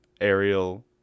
Aerial